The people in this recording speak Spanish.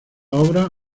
obras